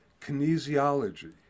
kinesiology